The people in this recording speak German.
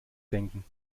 denken